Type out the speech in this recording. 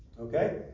okay